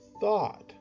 thought